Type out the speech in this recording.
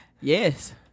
Yes